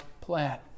plan